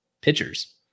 pitchers